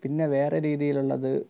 പിന്നെ വേറെ രീതിയിലുള്ളത്